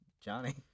Johnny